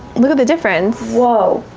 look at the difference. whoa,